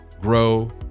grow